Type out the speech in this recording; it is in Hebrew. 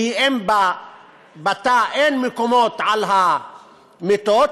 כי בתא אין מקומות על המיטות,